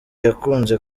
yakunze